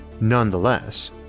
Nonetheless